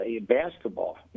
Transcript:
basketball